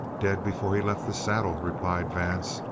dead before he left the saddle, replied vance,